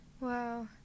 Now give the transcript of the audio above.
Wow